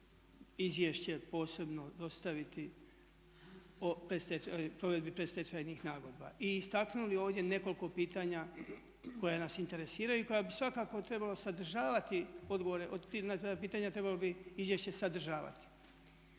izvješće posebno dostaviti o provedbi predstečajnih nagodba i istaknuli ovdje nekoliko pitanja koja nas interesiraju i koja bi svakako trebalo sadržavati odgovore, na ta pitanja trebalo bi izvješće sadržavati.